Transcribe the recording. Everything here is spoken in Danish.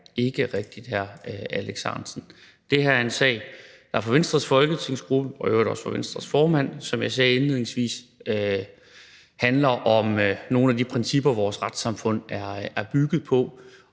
ikke rigtigt, hr. Alex Ahrendtsen. Det her er en sag, der for Venstres folketingsgruppe og i øvrigt også for Venstres formand, som jeg sagde indledningsvis, handler om nogle af de principper, vores retssamfund er bygget på,